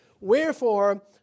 Wherefore